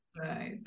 Right